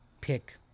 pick